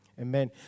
Amen